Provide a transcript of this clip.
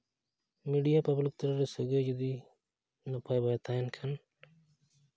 media public ᱛᱟᱞᱟᱨᱮ ᱥᱟᱹᱜᱟᱹᱭ ᱡᱩᱫᱤ ᱱᱚᱝᱠᱟ ᱵᱟᱭ ᱛᱟᱦᱮᱱ ᱠᱷᱟᱱ